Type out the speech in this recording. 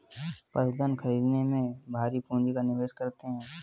पशुधन खरीदने में भारी पूँजी का निवेश करते हैं